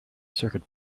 circuit